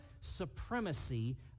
supremacy